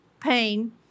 pain